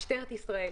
משטרת ישראל,